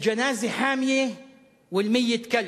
אל-ג'נאזה חאמיה ואל-מית כּלבּ.